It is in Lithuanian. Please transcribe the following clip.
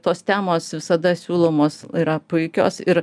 tos temos visada siūlomos yra puikios ir